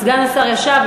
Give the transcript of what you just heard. סגן השר ישב,